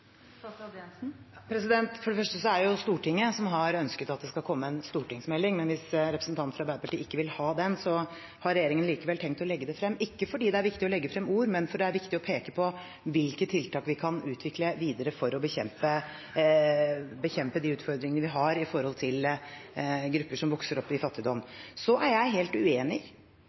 For det første er det Stortinget som har ønsket at det skal komme en stortingsmelding, men hvis representanten fra Arbeiderpartiet ikke vil ha den, har regjeringen likevel tenkt å legge den frem – ikke fordi det er viktig å legge frem ord, men fordi det er viktig å peke på hvilke tiltak vi kan utvikle videre for å bekjempe de utfordringene vi har med tanke på grupper som vokser opp i fattigdom. Jeg er helt uenig i